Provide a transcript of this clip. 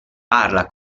parla